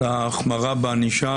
לגבי ההחמרה בענישה,